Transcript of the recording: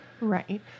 Right